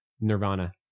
Nirvana